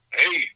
hey